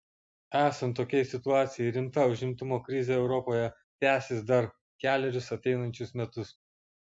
esant tokiai situacijai rimta užimtumo krizė europoje tęsis dar kelerius ateinančius metus